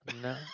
No